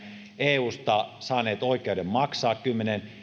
eusta saaneet oikeuden maksaa kymmenen